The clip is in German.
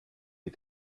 die